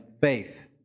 faith